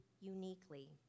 uniquely